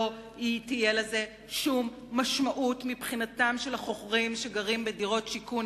לא תהיה לזה שום משמעות מבחינתם של החוכרים שגרים בדירות שיכון.